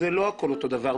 זה לא הכל אותו הדבר,